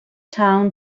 town